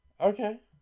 Okay